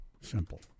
Simple